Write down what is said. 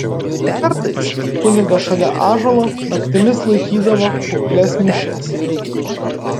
kartais kunigas šalia ąžuolo naktimis laikydavo kuklias mišias